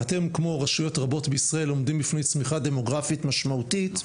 ואתם כמו רשויות רבות בישראל עומדים בפני צמיחה דמוגרפית משמעותית,